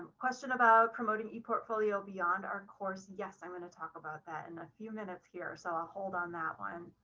question about promoting a portfolio beyond our course. yes, i'm going to talk about that in and a few minutes here. so i'll hold on that one